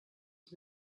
ist